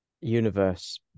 Universe